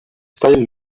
style